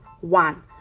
one